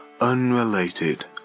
Unrelated